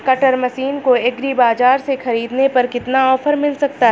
Cutter machine को agri बाजार से ख़रीदने पर कितना ऑफर मिल सकता है?